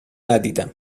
ندیدم